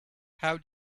how